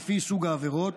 על פי סוג העבירות,